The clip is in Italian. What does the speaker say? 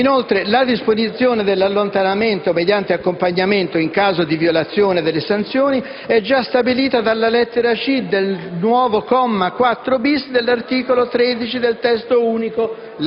Inoltre la disposizione dell'allontanamento mediante accompagnamento in caso di violazione delle sanzioni è già stabilita dalla lettera *c)* del nuovo comma 4-*bis* dell'articolo 13 del testo unico,